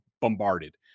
bombarded